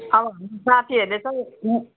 अब साथीहरूले चाहिँ